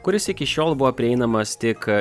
kuris iki šiol buvo prieinamas tik